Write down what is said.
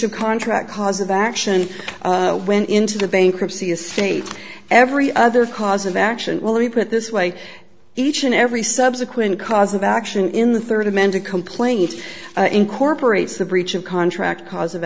of contract cause of action when into the bankruptcy estate every other cause of action well let me put it this way each and every subsequent cause of action in the third amended complaint incorporates the breach of contract cause of